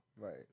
Right